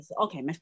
okay